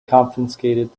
confiscated